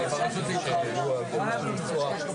זאת דירה ישנה".